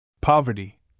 Poverty